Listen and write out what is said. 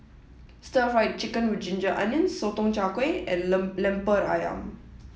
stir fried chicken with ginger onions sotong char kway and lemper ayam